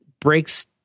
breaks